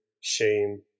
shame